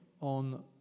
on